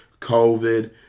COVID